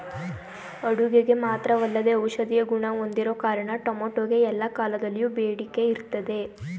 ಅಡುಗೆಗೆ ಮಾತ್ರವಲ್ಲದೇ ಔಷಧೀಯ ಗುಣ ಹೊಂದಿರೋ ಕಾರಣ ಟೊಮೆಟೊಗೆ ಎಲ್ಲಾ ಕಾಲದಲ್ಲಿಯೂ ಬೇಡಿಕೆ ಇರ್ತದೆ